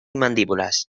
mandíbulas